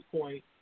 point